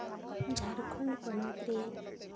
ᱡᱷᱟᱲᱠᱷᱚᱸᱰ ᱯᱚᱱᱚᱛ ᱨᱮ